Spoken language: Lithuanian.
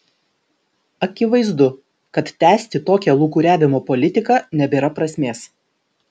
akivaizdu kad tęsti tokią lūkuriavimo politiką nebėra prasmės